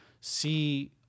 see –